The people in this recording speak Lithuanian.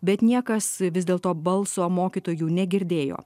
bet niekas vis dėlto balso mokytojų negirdėjo